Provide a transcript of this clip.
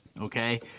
Okay